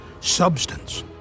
substance